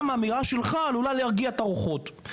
גם אמירה שלך עלולה להרגיע את הרוחות.